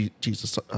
Jesus